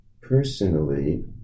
personally